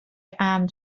امن